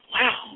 Wow